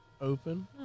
open